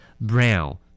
Brown